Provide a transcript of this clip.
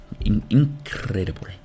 incredible